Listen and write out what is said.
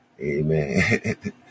Amen